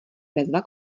bezva